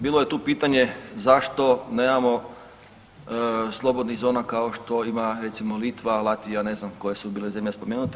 Bilo je tu pitanje zašto nemamo slobodnih zona kao što ima recimo Litva, Latvija, ne znam koje su bile zemlje spomenute.